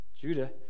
Judah